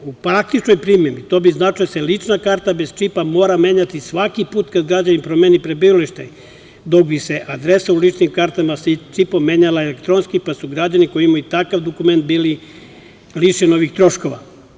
U praktičnoj primeni to bi značilo da se lična karta bez čipa mora menjati svaki put kada građanin promeni prebivalište, dok bi se adresa u ličnim kartama sa čipom menjala elektronski, pa su građani koji imaju takav dokument bili lišeni novih troškova.